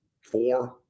Four